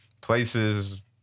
places